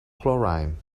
chlorine